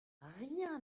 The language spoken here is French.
rien